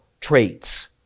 traits